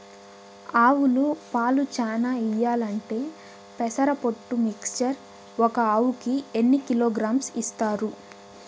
ఆవులు పాలు చానా ఇయ్యాలంటే పెసర పొట్టు మిక్చర్ ఒక ఆవుకు ఎన్ని కిలోగ్రామ్స్ ఇస్తారు?